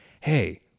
hey